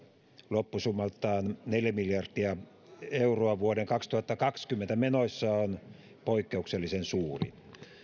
loppusummaltaan neljä miljardia euroa vuoden kaksituhattakaksikymmentä menoissa on poikkeuksellisen suuri